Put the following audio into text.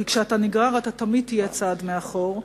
כי כשאתה נגרר אתה תמיד תהיה צעד מאחור,